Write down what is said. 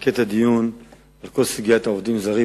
אמקד את הדיון בכל סוגיית העובדים הזרים.